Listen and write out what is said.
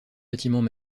bâtiments